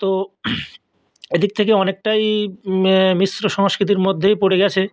তো এদিক থেকে অনেকটাই মিশ্র সংস্কৃতির মধ্যেই পড়ে গিয়েছে